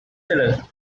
seller